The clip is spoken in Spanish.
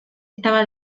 estaba